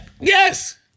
Yes